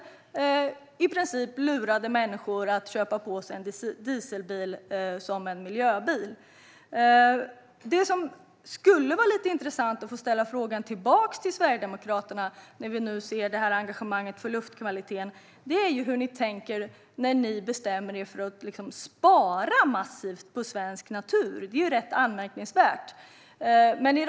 Den förra regeringen lurade i princip människor att köpa en dieselbil som en miljöbil. Det skulle vara intressant att få ställa frågan tillbaka till Sverigedemokraterna, när vi nu ser engagemanget för luftkvaliteten, om hur ni tänker när ni bestämmer er för att massivt spara på svensk natur. Det är rätt anmärkningsvärt.